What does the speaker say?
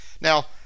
Now